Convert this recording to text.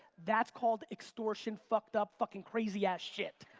that's called extortion fucked-up, fucking crazy-ass shit.